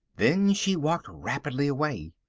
then she walked rapidly away.